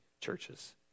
churches